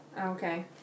okay